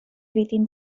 within